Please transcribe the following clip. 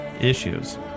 issues